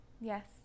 Yes